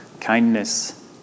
kindness